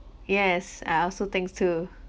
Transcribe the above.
yes I also thinks too